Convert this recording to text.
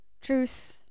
truth